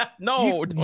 No